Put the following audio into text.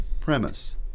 premise